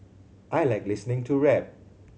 I like listening to rap